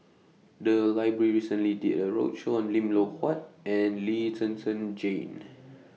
The Library recently did A roadshow on Lim Loh Huat and Lee Zhen Zhen Jane